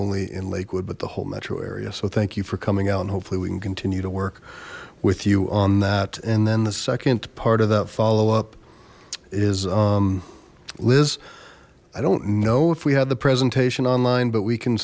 only in lakewood but the whole metro area so thank you for coming out and hopefully we can continue to work with you on that and then the second part of that follow up is liz i don't know if we had the presentation online but we can